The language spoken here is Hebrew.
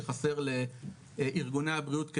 שחסר לארגוני הבריאות,